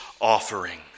offering